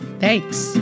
Thanks